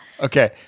Okay